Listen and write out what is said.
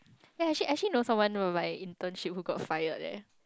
yeah actually actually no someone know my internship who got fire there